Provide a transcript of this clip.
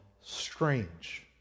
strange